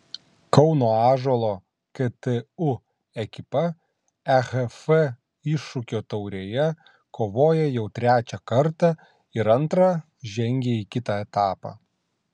kauno ąžuolo ktu ekipa ehf iššūkio taurėje kovoja jau trečią kartą ir antrą žengė į kitą etapą